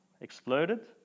exploded